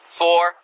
four